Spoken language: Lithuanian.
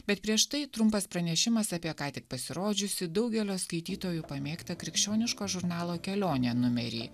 bet prieš tai trumpas pranešimas apie ką tik pasirodžiusį daugelio skaitytojų pamėgtą krikščioniško žurnalo kelionė numerį